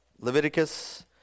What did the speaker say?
Leviticus